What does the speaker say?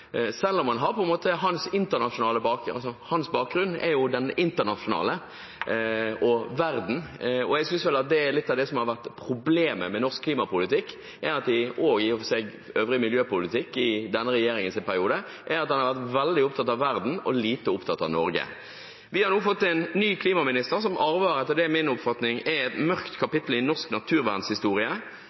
litt av problemet med norsk klimapolitikk, og i og for seg øvrig miljøpolitikk i denne regjeringens periode, er at en har vært veldig opptatt av verden og lite opptatt av Norge. Vi har nå fått en ny klimaminister som arver det som etter min oppfatning er et mørkt kapittel i norsk